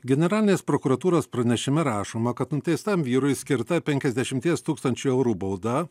generalinės prokuratūros pranešime rašoma kad nuteistam vyrui skirta penkiasdešimties tūkstančių eurų bauda